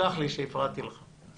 סלח לי שהפרעתי לך.